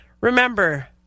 Remember